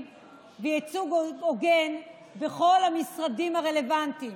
של גברים וייצוג הוגן בכל המשרדים הרלוונטיים.